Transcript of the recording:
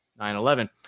9-11